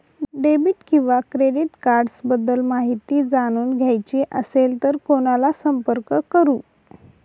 Debit किंवा credit cards बद्दल माहिती जाणून घ्यायची असेल तर कोणाला संपर्क करु?